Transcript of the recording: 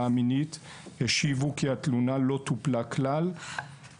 המינית השיבו כי התלונה לא טופלה כלל,